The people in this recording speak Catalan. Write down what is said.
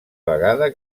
vegada